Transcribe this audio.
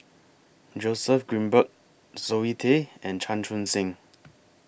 Joseph Grimberg Zoe Tay and Chan Chun Sing